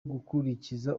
gukurikiza